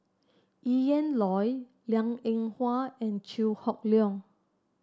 Ian Loy Liang Eng Hwa and Chew Hock Leong